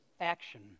action